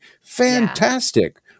fantastic